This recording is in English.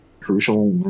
crucial